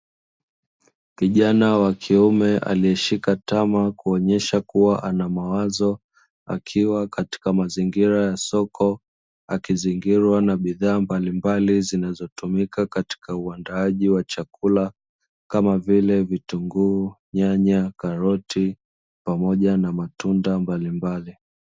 Kijana wa kiume alishika tama kuonesha kuwa anamawazo, akiwa katika mazingira ya soko, akiwa amezingirwa na bidhaa mbalimbali zinazotumika katika uandaaji wa chakula kama vile vitunguu, nyanya, karoti pamoja na matunda mbalimbali.